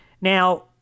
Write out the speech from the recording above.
Now